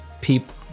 people